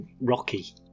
rocky